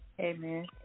Amen